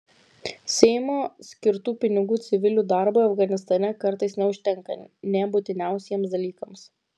seimo skirtų pinigų civilių darbui afganistane kartais neužtenka nė būtiniausiems dalykams